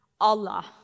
Allah